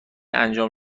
انجام